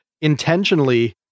intentionally